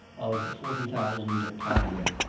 of forty thousand pound.